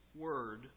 word